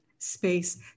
space